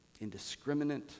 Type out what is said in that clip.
indiscriminate